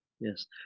yes